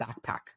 backpack